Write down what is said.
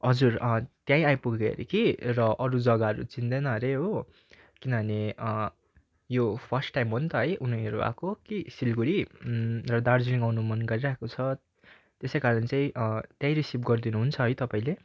हजुर त्याँई आइपुग्यो हरे कि र अरू जग्गाहरू चिन्दैन अरे हो किनभने यो फर्स्ट टाइम हो नि त है उनीहरू आएको कि सिलगढी र दार्जिलिङ आउनु मन गरिरहेको छ त्यसैकारण चाहिँ त्यही रिसिभ गरिदिनु हुन्छ है तपाईँले